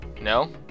No